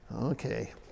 Okay